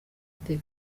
the